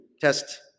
Test